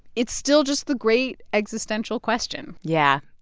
it's still just the great existential question yeah.